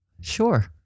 Sure